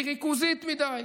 היא ריכוזית מדי.